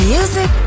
Music